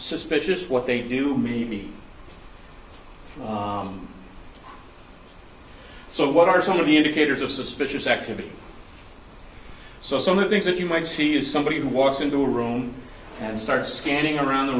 suspicious what they do me so what are some of the indicators of suspicious activity so some of things that you might see as somebody who walks into a room and start scanning around the